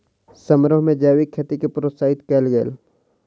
समारोह में जैविक खेती के प्रोत्साहित कयल गेल